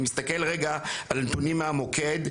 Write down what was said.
אני מסתכל רגע על נתונים מהמוקד.